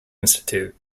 institute